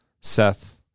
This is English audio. Seth